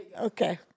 Okay